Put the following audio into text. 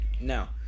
Now